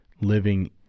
living